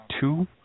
two